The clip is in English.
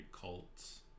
cults